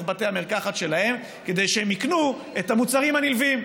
בתי המרקחת שלהן כדי שהם יקנו את המוצרים הנלווים,